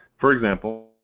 for example,